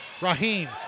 Raheem